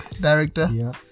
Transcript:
director